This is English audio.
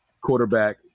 quarterback